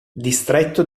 distretto